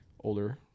Older